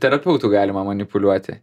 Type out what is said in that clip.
terapeutu galima manipuliuoti